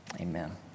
amen